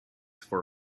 for